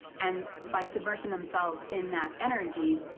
and by submersing themselves in that energy,